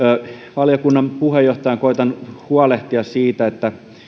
valiokunnan puheenjohtajana koetan huolehtia siitä että